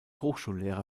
hochschullehrer